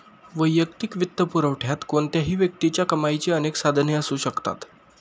वैयक्तिक वित्तपुरवठ्यात कोणत्याही व्यक्तीच्या कमाईची अनेक साधने असू शकतात